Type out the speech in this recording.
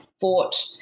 fought